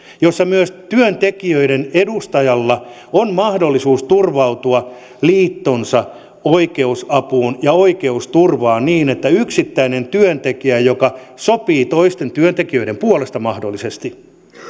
jossa myös työntekijöiden edustajalla on mahdollisuus turvautua liittonsa oikeusapuun ja oikeusturvaan niin ettei yksittäinen työntekijä joka sopii toisten työntekijöiden puolesta mahdollisesti